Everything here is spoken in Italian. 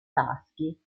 baschi